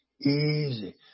easy